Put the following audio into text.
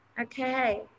Okay